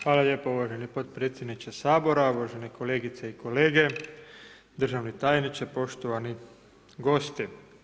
Hvala lijepo uvaženi potpredsjedniče Sabora, uvažene kolegice i kolege, državni tajniče, poštovani gosti.